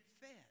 fed